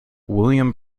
william